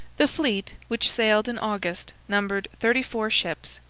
the fleet, which sailed in august, numbered thirty-four ships,